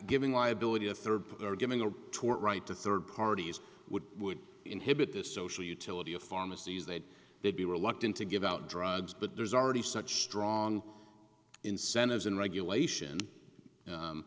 giving liability a third or giving a tort right to third parties would would inhibit the social utility of pharmacies that they'd be reluctant to give out drugs but there's already such strong incentives in regulation